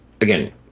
again